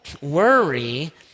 worry